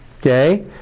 Okay